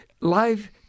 Life